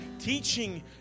teaching